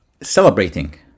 celebrating